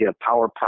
power